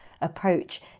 approach